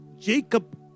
Jacob